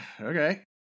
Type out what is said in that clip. okay